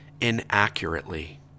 inaccurately